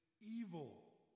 evil